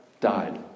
died